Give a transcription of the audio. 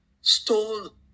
stole